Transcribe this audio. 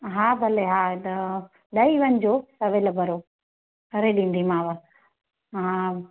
हा भले हा त ॾेई वञिजो सवेल बरो करे ॾींदीमाव हा